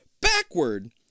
Backward